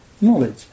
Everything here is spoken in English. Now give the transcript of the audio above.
knowledge